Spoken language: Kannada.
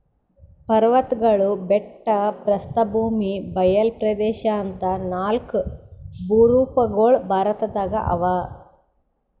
ಪರ್ವತ್ಗಳು ಬೆಟ್ಟ ಪ್ರಸ್ಥಭೂಮಿ ಬಯಲ್ ಪ್ರದೇಶ್ ಅಂತಾ ನಾಲ್ಕ್ ಭೂರೂಪಗೊಳ್ ಭಾರತದಾಗ್ ಅವಾ